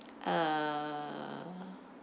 uh